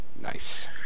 Nice